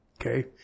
Okay